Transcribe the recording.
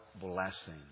blessing